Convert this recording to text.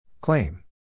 Claim